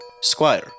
Squire